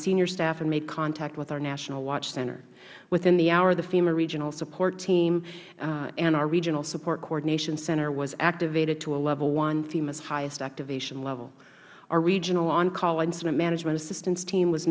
senior staff and made contact with our national watch center within the hour the fema regional support team and our regional support coordination center was activated to a level one femas highest activation level our regional on call incident management assistance team was